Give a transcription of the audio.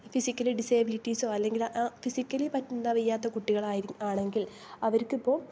physically ഡിസേബിലിറ്റീസൊ അല്ലെങ്കിൽ ആ ഫിസിക്കലി പറ്റ് എന്താ വയ്യാത്ത കുട്ടികളായിരിക്കും ആണെങ്കിൽ അവർക്ക് ഇപ്പോൾ